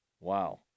Wow